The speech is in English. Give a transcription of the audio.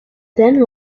then